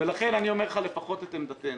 ולכן אני אומר לך לפחות את עמדתנו.